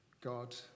God